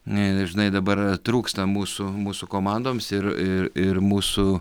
dažnai dabar trūksta mūsų mūsų komandoms ir ir mūsų